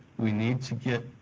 we need to get